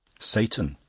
satan,